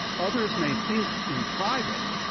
others may think in private,